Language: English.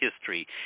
history